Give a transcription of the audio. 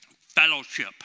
fellowship